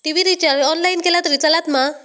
TV recharge online केला तरी चलात मा?